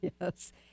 Yes